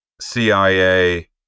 cia